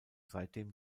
seitdem